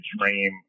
dream